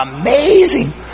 amazing